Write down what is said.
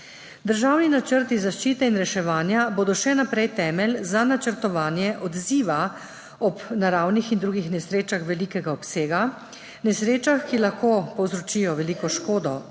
Državni načrti zaščite in reševanja bodo še naprej temelj za načrtovanje odziva ob naravnih in drugih nesrečah velikega obsega, nesrečah, ki lahko povzročijo veliko število